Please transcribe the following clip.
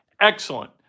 Excellent